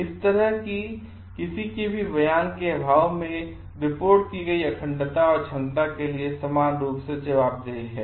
इस तरह के किसी भी बयान के अभाव में रिपोर्ट की गई अखंडता और क्षमता के लिए समान रूप से जवाबदेह हैं